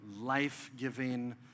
life-giving